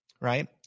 right